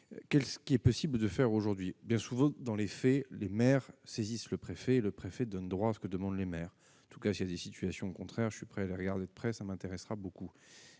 quel ce qu'il est possible de faire aujourd'hui bien souvent dans les faits, le maire saisissent le préfet, le préfet donne droit à ce que demandent les maires tout cas des situations, au contraire, je suis prêt à le regarder de près, ça m'intéressera beaucoup